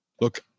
Look